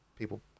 People